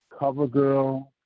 CoverGirl